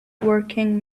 working